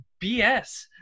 BS